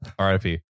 RIP